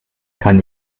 kann